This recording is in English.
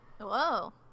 Whoa